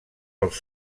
els